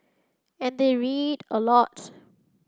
and they read a lot